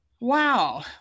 Wow